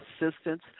assistance